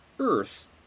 Earth